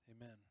Amen